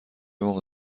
موقع